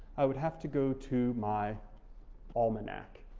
i would have to go to my almanac.